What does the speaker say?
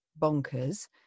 bonkers